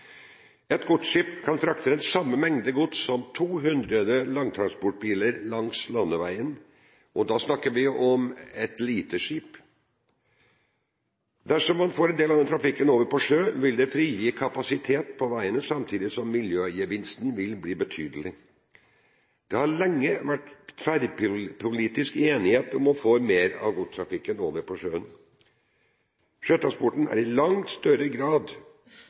Et godsskip kan frakte den samme mengde gods som 200 langtransportbiler langs landeveien – og da snakker vi om et lite skip. Dersom man får en del av denne trafikken over på sjø, vil det frigi kapasitet på veiene, samtidig som miljøgevinsten vil bli betydelig. Det har lenge vært tverrpolitisk enighet om å få mer av godstrafikken over på sjøen. Dessverre har utviklingen gått i feil retning de senere årene, for sjøtransporten er i langt